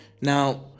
Now